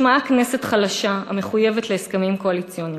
משמעה כנסת חלשה המחויבת להסכמים קואליציוניים.